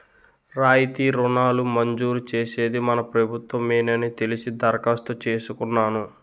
రాయితీ రుణాలు మంజూరు చేసేది మన ప్రభుత్వ మేనని తెలిసి దరఖాస్తు చేసుకున్నాను